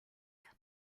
again